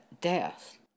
death